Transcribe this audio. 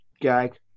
gag